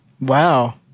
Wow